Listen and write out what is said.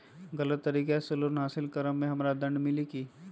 गलत तरीका से लोन हासिल कर्म मे हमरा दंड मिली कि?